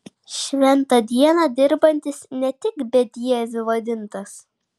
šventą dieną dirbantis ne tik bedieviu vadintas